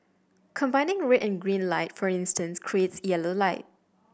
combining red and green light for instance creates yellow light